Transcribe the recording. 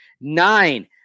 Nine